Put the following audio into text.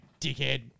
Dickhead